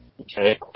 Okay